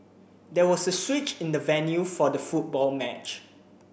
there was a switch in the venue for the football match